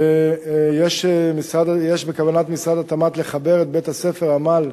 יש בכוונת משרד התמ"ת לחבר את בית-הספר "עמל"